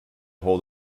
hold